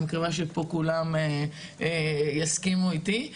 אני מקווה שפה כולם יסכימו איתי,